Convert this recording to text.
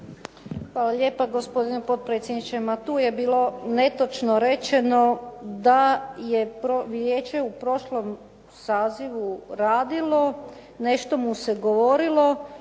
Hvala lijepa gospodine potpredsjedniče. Ma tu je bilo netočno rečeno da je vijeće u prošlom sazivu radilo, nešto mu se govorilo,